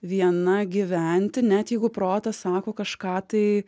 viena gyventi net jeigu protas sako kažką tai